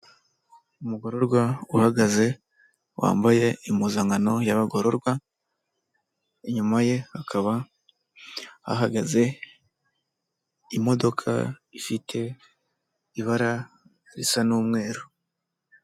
Umugororwa uhagaze wambaye impuzankano y'abagororwa, inyuma ye hakaba hahagaze imodoka ifite ibara risa n'umweru.